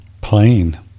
plain